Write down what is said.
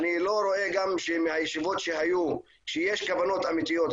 אני לא רואה גם מהישיבות שהיו שיש כוונות אמיתיות.